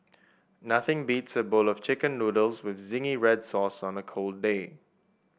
nothing beats a bowl of chicken noodles with zingy red sauce on a cold day